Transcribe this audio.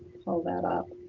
pull that up.